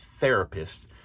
therapists